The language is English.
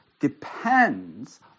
depends